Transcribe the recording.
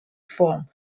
form